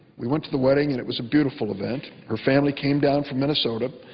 we went to the wedding and it was a beautiful event. her family came down from minnesota,